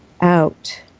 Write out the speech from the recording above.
out